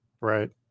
Right